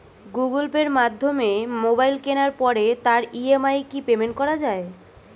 Google পের মাধ্যমে mobile কেনার পরে তার ই.এম.আই কি পেমেন্ট করা যায়?